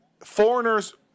Foreigners